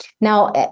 Now